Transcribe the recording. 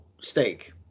steak